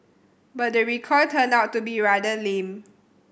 but the recoil turned out to be rather lame